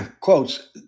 quotes